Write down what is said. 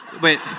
Wait